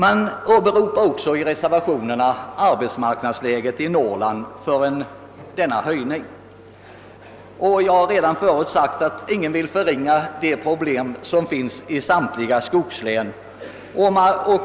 I reservationerna åberopas också arbetsmarknadsläget i Norrland. Jag har redan förut sagt att ingen vill förringa de problem som finns i samtliga skogslän.